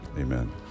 Amen